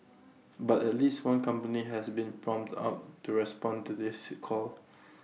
but at least one company has been prompt out to respond to this his call